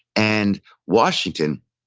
and washington,